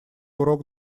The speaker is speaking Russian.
урок